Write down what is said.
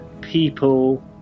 people